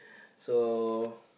so